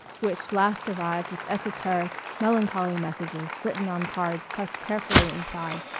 which last arrived with esoteric, melancholy messages, written on cards tucked carefully inside,